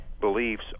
beliefs